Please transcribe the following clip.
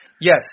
yes